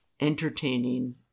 entertaining